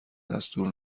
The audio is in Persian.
دستور